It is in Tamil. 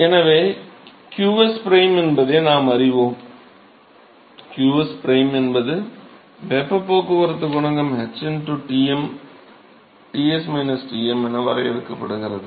எனவே இப்போது qsprime என்பதை நாம் அறிவோம் qsprime என்பது வெப்பப் போக்குவரத்து குணகம் h Tm Ts Tm என வரையறுக்கப்படுகிறது